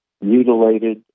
mutilated